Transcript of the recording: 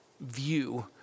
view